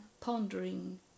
pondering